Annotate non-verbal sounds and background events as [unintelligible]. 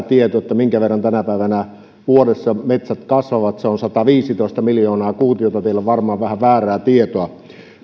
[unintelligible] tieto minkä verran tänä päivänä vuodessa metsät kasvavat se on sataviisitoista miljoonaa kuutiota teillä on varmaan vähän väärää tietoa